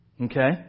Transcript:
Okay